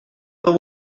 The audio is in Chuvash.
вӑл